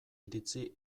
iritzi